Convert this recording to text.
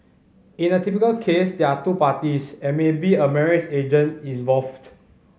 in a typical case there are two parties and maybe a marriage agent involved